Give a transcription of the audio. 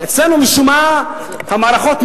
אצלנו, משום מה, המערכות משתבשות,